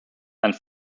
and